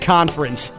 Conference